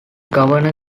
governor